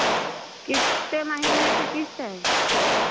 कितने महीने का किश्त है